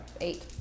eight